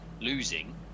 losing